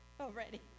already